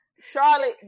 Charlotte